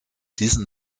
diesen